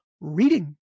reading